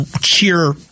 cheer